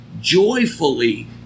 joyfully